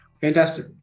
Fantastic